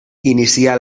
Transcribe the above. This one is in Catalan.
inicià